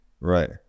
right